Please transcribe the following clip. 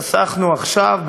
חסכנו עכשיו,